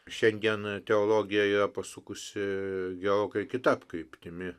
šiandien teologija yra pasukusi gerokai kita kryptimi